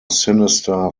sinister